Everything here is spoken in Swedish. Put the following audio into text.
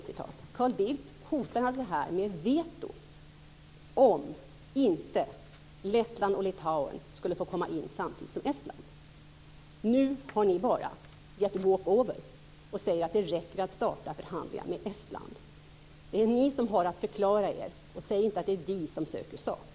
Carl Bildt hotar alltså här med veto om inte Lettland och Litauen skulle få komma in samtidigt som Estland. Nu har ni bara lämnat walkover och säger att det räcker att starta förhandlingar med Estland. Det är ni som bör förklara er. Säg inte att det är vi som söker sak!